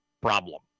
Problem